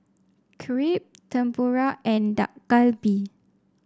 Crepe Tempura and Dak Galbi